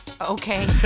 okay